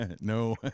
No